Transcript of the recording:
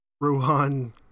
Rohan